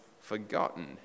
forgotten